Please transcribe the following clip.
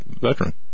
veteran